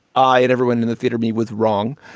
i had everyone in the theater me with wrong.